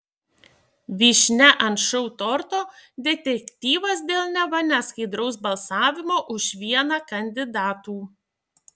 vyšnia ant šou torto detektyvas dėl neva neskaidraus balsavimo už vieną kandidatų